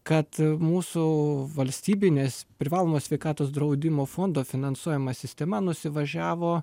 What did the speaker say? kad mūsų valstybinės privalomo sveikatos draudimo fondo finansuojama sistema nusivažiavo